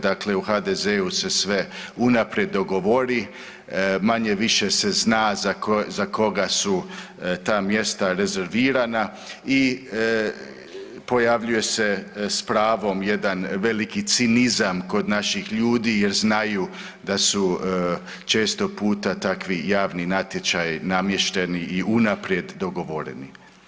Dakle, u HDZ-u sve unaprijed dogovori, manje-više se zna za koga su ta mjesta rezervirana i pojavljuje se s pravom jedan veliki cinizam kod naših ljudi jer znaju da su često puta takvi javni natječaji namješteni i unaprijed dogovoreni.